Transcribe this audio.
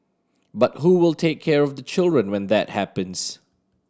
but who will take care of the children when that happens